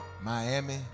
Miami